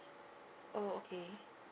oh okay